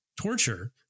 torture